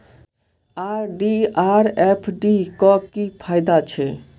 RD आ FD क की फायदा छै?